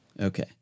Okay